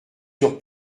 sur